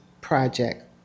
project